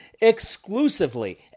exclusively